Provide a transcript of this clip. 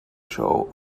show